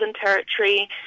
Territory